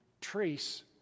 trace